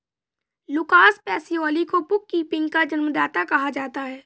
Lucas Pacioli book keeping कीपिंग का जन्मदाता कहा जाता है